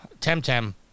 Temtem